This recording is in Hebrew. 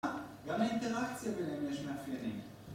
גם לאינטראקציה בינהם יש מאפיינים